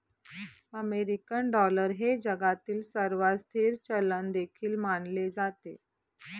American dollar हे जगातील सर्वात स्थिर चलन देखील मानले जाते